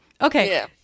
Okay